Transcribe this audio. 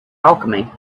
alchemy